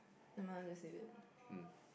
never mind just leave it